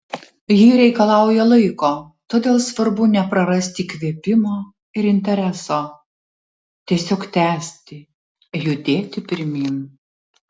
ji reikalauja laiko todėl svarbu neprarasti įkvėpimo ir intereso tiesiog tęsti judėti pirmyn